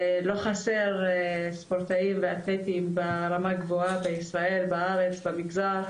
לא חסרים ספורטאים ואתלטים ברמה גבוהה בישראל ובמגזר.